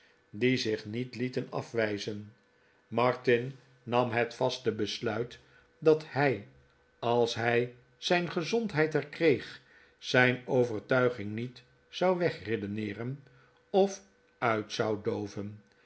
die zich niet lieten afwijzen martin nam het vaste besluit dat hij als hij zijn gezondheid herkreeg zijn overtuiging niet zou wegredeneeren of uit zou dooven